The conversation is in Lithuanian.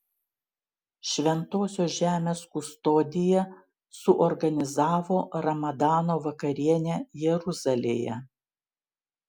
šventosios žemės kustodija suorganizavo ramadano vakarienę jeruzalėje